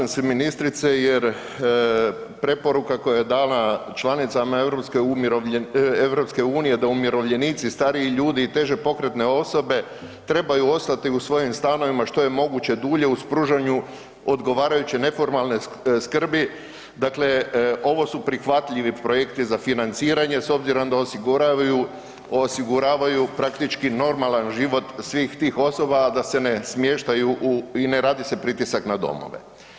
Da, slažem se ministrice jer preporuka koja je dana članicama EU da umirovljenici, stariji ljudi i teže pokretne osobe trebaju ostati u svojim stanovima što je moguće dulje uz pružanju odgovarajuće neformalne skrbi dakle ovo su prihvatljivi projekti za financiranje s obzirom da osiguravaju praktički normalan život svih tih osoba, a da se ne smještaju u, i ne radi se pritisak na domove.